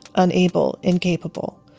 unable, incapable.